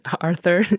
Arthur